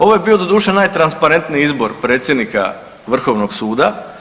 Ovo je bio doduše najtransparentniji izbor predsjednika Vrhovnog suda.